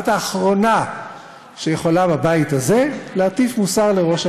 את האחרונה שיכולה בבית הזה להטיף מוסר לראש הממשלה.